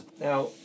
Now